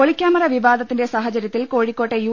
ഒളിക്യാമറാ വിവാദത്തിന്റെ സാഹ ച ര്യ ത്തിൽ കോഴിക്കോട്ടെ യു